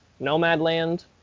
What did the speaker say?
Nomadland